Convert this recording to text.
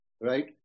right